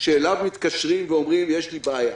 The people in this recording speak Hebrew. שאליו מתקשרים ואומרים: יש לי בעיה.